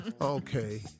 Okay